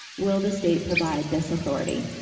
will the state provide this authority?